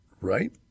right